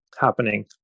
happening